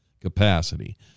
capacity